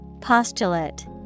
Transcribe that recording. Postulate